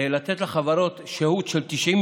שלוש דקות,